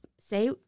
say